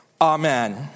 Amen